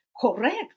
correct